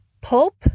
pulp